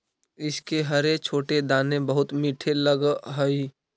इसके हरे छोटे दाने बहुत मीठे लगअ हई